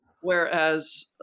Whereas